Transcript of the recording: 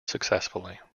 successfully